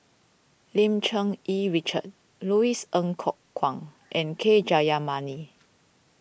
Lim Cherng Yih Richard Louis Ng Kok Kwang and K Jayamani